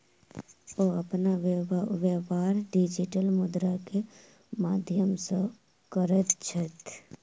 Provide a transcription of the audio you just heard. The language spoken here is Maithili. ओ अपन व्यापार डिजिटल मुद्रा के माध्यम सॅ करैत छथि